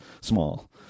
small